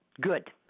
Good